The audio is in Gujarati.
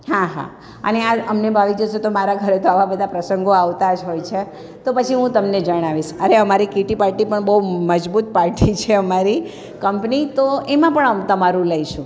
હા હા અને આ અમને ભાવી જશે તો મારા ઘરે તો આવા બધા પ્રસંગો આવતા જ હોય છે તો પછી હું તમને જણાવીશ અરે અમારી કીટી પાર્ટી પણ બહુ મજબૂત પાર્ટી છે અમારી કંપની તો એમાં પણ આમ તમારું લઈશું